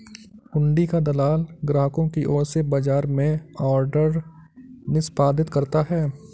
हुंडी का दलाल ग्राहकों की ओर से बाजार में ऑर्डर निष्पादित करता है